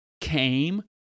came